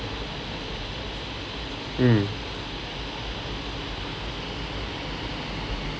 mm